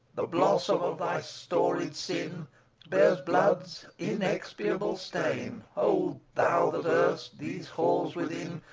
the blossom of thy storied sin bears blood's inexpiable stain, o thou that erst, these halls within,